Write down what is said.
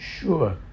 sure